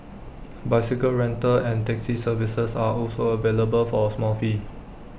bicycle rental and taxi services are also available for A small fee